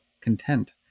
content